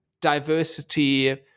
diversity